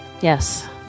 Yes